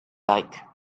like